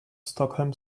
stockholm